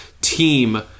team